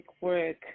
work